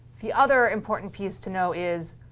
the other important piece to know is,